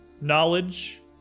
knowledge